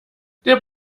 der